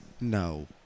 No